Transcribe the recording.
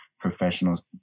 professional's